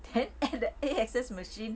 then at the A_X_S machine